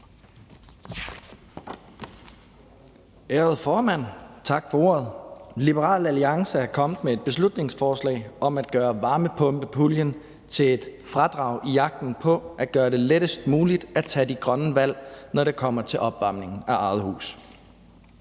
ordet, ærede formand. Liberal Alliance er kommet med et beslutningsforslag om at erstatte varmepumpepuljen med et fradrag i jagten på at gøre det lettest muligt at tage de grønne valg, når det kommer til opvarmningen af eget hus.